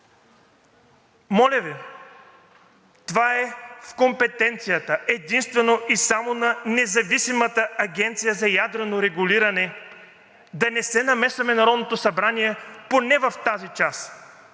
Моля Ви, това е в компетенцията единствено и само на независимата Агенция за ядрено регулиране. Да не се намесваме Народното събрание поне в тази част